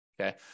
okay